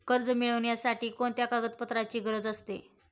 कर्ज मिळविण्यासाठी कोणत्या कागदपत्रांची गरज असते?